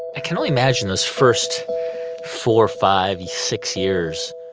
i can only imagine those first four, five, six years.